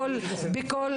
מקצועי.